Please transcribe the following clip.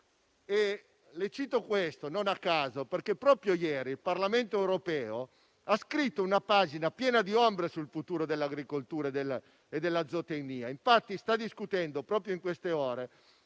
Le cito questo tema non a caso: proprio ieri il Parlamento europeo ha scritto una pagina piena di ombre sul futuro dell'agricoltura e della zootecnia. Infatti, sta discutendo proprio in queste ore